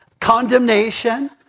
Condemnation